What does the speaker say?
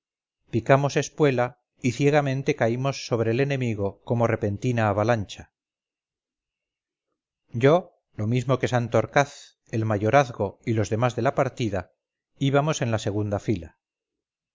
picamos espuela y ciegamente caímos sobre el enemigo como repentina avalancha yo lo mismo que santorcaz el mayorazgo y los demás de la partida íbamos en la segunda fila